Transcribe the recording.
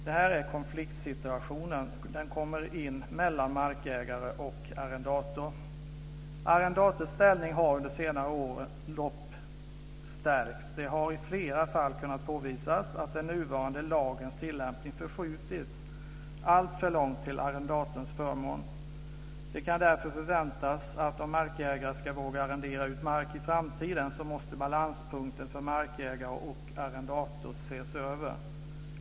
Det är här konfliktsituationen kommer in mellan markägare och arrendator. Arrendators ställning har under de senare årens lopp stärkts. Det har i flera fall kunnat påvisas att den nuvarande lagens tillämpning förskjutits alltför långt till arrendatorns förmån. Det kan därför förväntas, om markägare ska våga arrendera ut mark i framtiden, att balanspunkten för markägare och arrendator ses över.